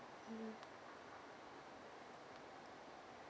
mm